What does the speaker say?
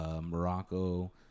Morocco